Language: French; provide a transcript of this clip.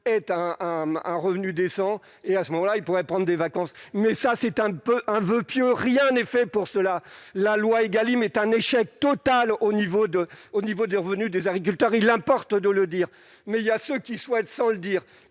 un un revenu décent et à ce moment-là il pourrait prendre des vacances, mais ça c'est un peu un voeu pieux, rien n'est fait pour cela, la loi Egalim est un échec total au niveau de, au niveau du revenu des agriculteurs, il importe de le dire, mais il y a ceux qui souhaitent sans le dire